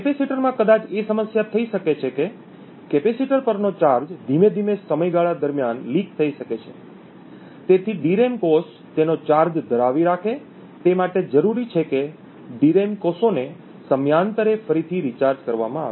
કેપેસિટરમાં કદાચ એ સમસ્યા થઈ શકે છે કે કેપેસિટર પરનો ચાર્જ ધીમે ધીમે સમયગાળા દરમિયાન લિક થઈ શકે છે તેથી ડીરેમ કોષ તેનો ચાર્જ ધરાવી રાખે તે માટે જરૂરી છે કે ડીરેમ કોષોને સમયાંતરે ફરીથી રિચાર્જ કરવામાં આવે